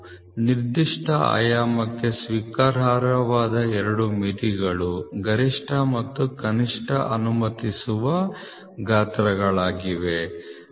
ನಿರ್ದಿಷ್ಟ ಆಯಾಮಕ್ಕೆ ಸ್ವೀಕಾರಾರ್ಹವಾದ ಎರಡು ಮಿತಿಗಳು ಗರಿಷ್ಠ ಮತ್ತು ಕನಿಷ್ಠ ಅನುಮತಿಸುವ ಗಾತ್ರಗಳಿವೆ